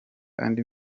andi